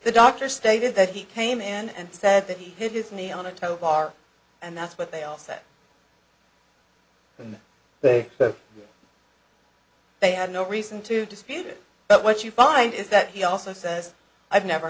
the doctor stated that he came in and said that he hit his knee on a towbar and that's what they all said when they they had no reason to dispute it but what you find is that he also says i've never